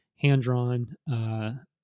hand-drawn